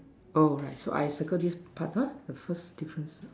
oh right so I circle this part ah the first difference